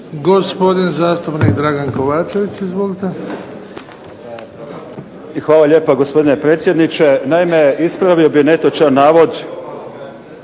Gospodin zastupnik Dragan Kovačević. Izvolite. **Kovačević, Dragan (HDZ)** Hvala lijepa gospodine predsjedniče. Naime ispravio bih netočan navod